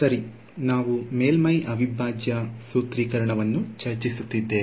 ಸರಿ ನಾವು ಮೇಲ್ಮೈ ಅವಿಭಾಜ್ಯ ಸೂತ್ರೀಕರಣವನ್ನು ಚರ್ಚಿಸುತ್ತಿದ್ದೇವೆ